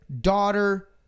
Daughter